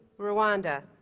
rwanda